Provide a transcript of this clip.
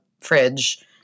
fridge